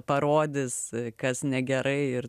parodys kas negerai ir